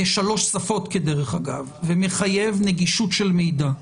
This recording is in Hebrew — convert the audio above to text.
בשלוש שפות אגב, ומחייב נגישות של מידע.